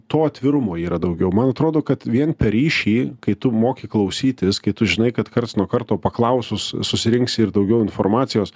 to atvirumo yra daugiau man atrodo kad vien per ryšį kai tu moki klausytis kai tu žinai kad karts nuo karto paklausus susirinksi ir daugiau informacijos